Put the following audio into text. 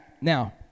Now